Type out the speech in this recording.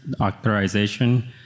authorization